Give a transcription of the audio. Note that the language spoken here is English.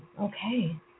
Okay